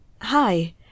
hi